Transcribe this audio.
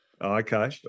Okay